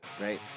right